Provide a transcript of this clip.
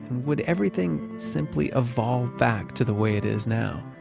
would everything simply evolve back to the way it is now?